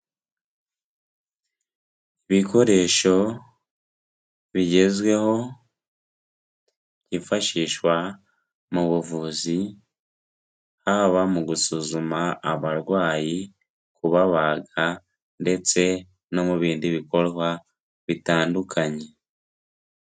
Ibikoresho bigezweho byifashishwa mu buvuzi, haba mu gusuzuma abarwayi, kubabaga ndetse no mu bindi bikorwa bitandukanye.